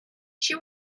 she